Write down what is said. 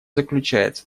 заключается